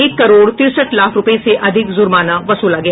एक करोड़ तिरसठ लाख रूपये से अधिक जुर्माना वसूला गया